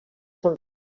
són